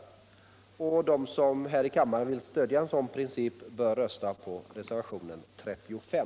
De som här i kammaren vill stödja en sådan princip bör rösta för reservationen 35.